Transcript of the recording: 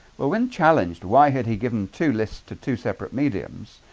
were when challenged why had he given two lists to two separate mediums?